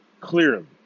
clearly